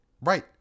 Right